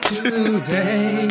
today